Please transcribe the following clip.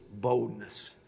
boldness